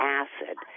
acid